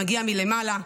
שמגיע מלמעלה,